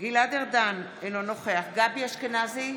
גלעד ארדן, אינו נוכח גבי אשכנזי,